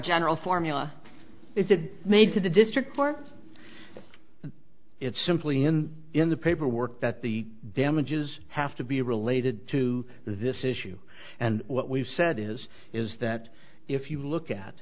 general formula is it made to the district or it's simply in in the paperwork that the damages have to be related to this issue and what we've said is is that if you look at